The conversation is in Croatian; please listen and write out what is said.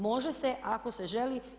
Može se ako se želi.